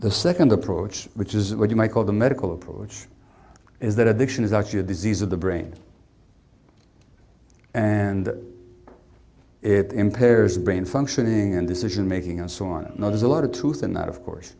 the second approach which is what you might call the medical approach which is that addiction is actually a disease of the brain and that it impairs brain functioning and decision making and so on i know there's a lot of truth in that of course